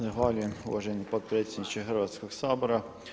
Zahvaljujem uvaženi potpredsjedniče Hrvatskoga sabora.